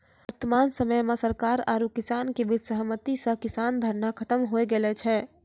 वर्तमान समय मॅ सरकार आरो किसान के बीच सहमति स किसान धरना खत्म होय गेलो छै